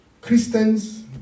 Christians